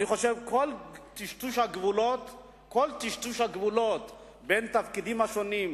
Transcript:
כל טשטוש הגבולות בין תפקידים השונים,